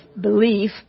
belief